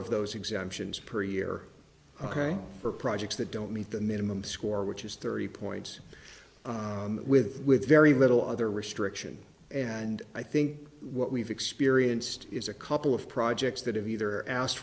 of those exemptions per year for projects that don't meet the minimum score which is thirty points with with very little other restriction and i think what we've experienced is a couple of projects that have either asked